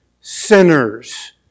sinners